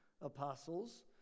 apostles